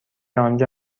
آنجا